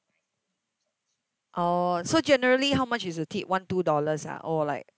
oh so generally how much is the tip one two dollars ah or like